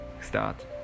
start